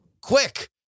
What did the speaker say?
quick